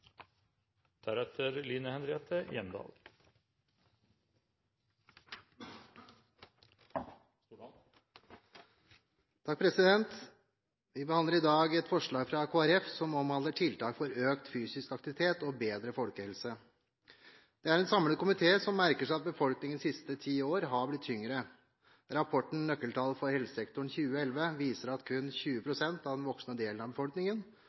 Vi behandler i dag et representantforslag fra Kristelig Folkeparti som omhandler tiltak for økt fysisk aktivitet og bedre folkehelse. Det er en samlet komité som merker seg at befolkningen de siste ti år har blitt tyngre. Rapporten Nøkkeltall for helsesektoren for 2011 viser at kun 20